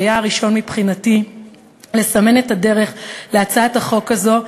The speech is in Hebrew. שהיה הראשון מבחינתי לסמן את הדרך להצעת החוק הזו,